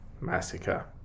massacre